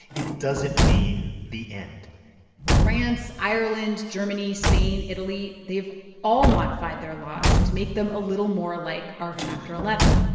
it doesn't mean the end france, ireland, germany, spain, italy they've all modified their laws to make them a little more like our chapter eleven.